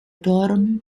term